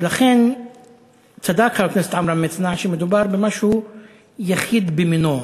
ולכן צדק חבר הכנסת עמרם מצנע שמדובר במשהו יחיד במינו,